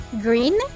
green